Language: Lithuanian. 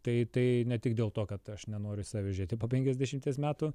tai tai ne tik dėl to kad aš nenoriu į save žiūrėti po penkiasdešimties metų